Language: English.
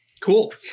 Cool